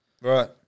right